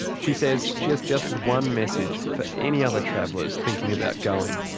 she says she has just one message for any other travellers thinking about going.